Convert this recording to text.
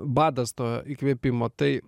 badas to įkvėpimo tai